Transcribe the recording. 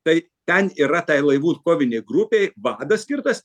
tai ten yra tai laivų kovinei grupei vadas skirtas